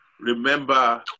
remember